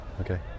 Okay